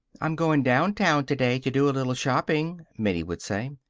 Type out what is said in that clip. i'm going downtown today to do a little shopping, minnie would say.